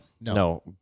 No